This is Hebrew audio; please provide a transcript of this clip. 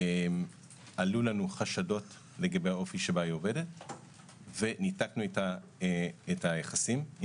עלו לנו חשדות לגבי אופי העבודה שלה וניתקנו איתה את היחסים.